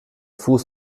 fuß